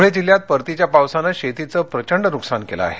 ध्रळे जिल्ह्यात परतीच्या पावसाने शेतीचे प्रचंड नुकसान केले आहे